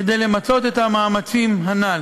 כדי למצות את המאמצים הנ"ל.